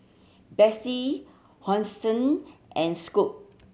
Betsy Hosen and Scoot